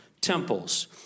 temples